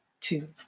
two